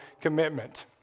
commitment